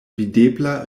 videbla